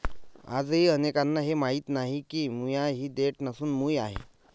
आजही अनेकांना हे माहीत नाही की मुळा ही देठ नसून मूळ आहे